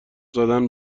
زدن